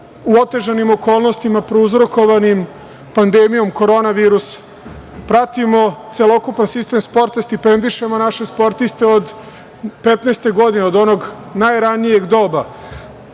u otežanim okolnostima prouzrokovanim pandemijom korona virusa, pratimo celokupan sistem sporta, stipendišemo naše sportiste od 15 godine, od onog najranijeg doba,